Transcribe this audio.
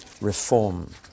reform